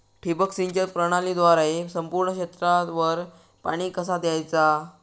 ठिबक सिंचन प्रणालीद्वारे संपूर्ण क्षेत्रावर पाणी कसा दयाचा?